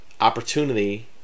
opportunity